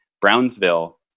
Brownsville